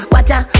Water